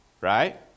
right